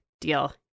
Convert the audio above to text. deal